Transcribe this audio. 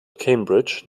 cambridge